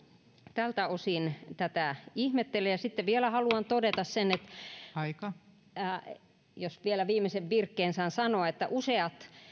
tältä osin tätä ihmettelen ja sitten vielä haluan todeta sen jos vielä viimeisen virkkeen saan sanoa että useat